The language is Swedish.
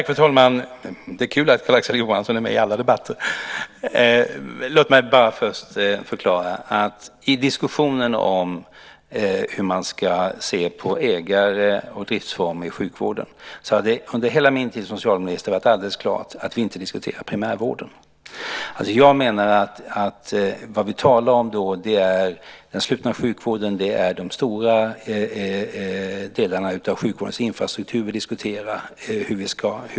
Fru talman! Det är kul att Carl-Axel Johansson är med i alla debatter. Låt mig först förklara att i diskussionen om hur man ska se på ägare och driftsformer i sjukvården har det under hela min tid som socialminister varit alldeles klart att vi inte diskuterar primärvården. Det vi talar om då är hur vi ska förhålla oss till den slutna sjukvården och de stora delarna av sjukvårdens infrastruktur.